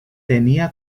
tenía